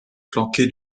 flanqué